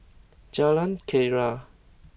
Jalan Keria